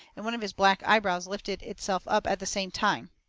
and one of his black eyebrows lifted itself up at the same time.